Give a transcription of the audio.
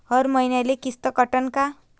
हर मईन्याले किस्त कटन का?